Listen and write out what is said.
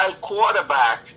quarterback